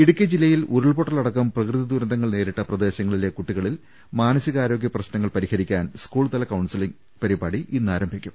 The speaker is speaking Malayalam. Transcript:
ഇടുക്കി ജില്ലയിൽ ഉരുൾപൊട്ടലടക്കം പ്രകൃതി ദുരന്തങ്ങൾ നേരിട്ട പ്രദേശങ്ങളിലെ കുട്ടികളിൽ മാനസികാരോഗൃ പ്രശ്നങ്ങൾ പരിഹരിക്കാൻ സ്കൂൾതല കൌൺസിലിംഗ് പരിപാടി ഇന്നാരംഭിക്കും